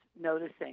noticing